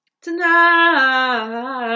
tonight